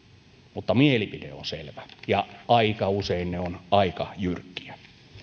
mutta mielipide on selvä ja aika usein se on aika jyrkkä